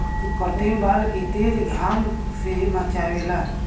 एकर तेल बाल के तेज घाम से बचावेला